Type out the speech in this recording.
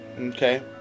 Okay